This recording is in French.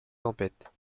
tempête